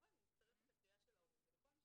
אני כמובן מצטרפת לקריאה של ההורים ולכל מי